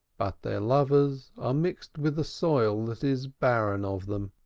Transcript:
but their lovers are mixed with a soil that is barren of them.